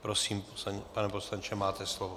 Prosím, pane poslanče, máte slovo.